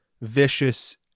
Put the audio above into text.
vicious